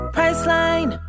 Priceline